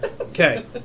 Okay